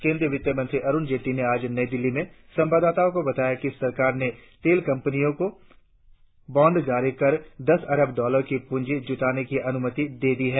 केंद्रीय वित्तमंत्री अरुण जेटली ने आज नई दिल्ली में संवाददाताओं को बताया कि सरकार ने तेल कंपनियों को बॉन्ड जारी कर दस अरब डॉलर की प्रंजी जुटाने की अनुमति दे दि है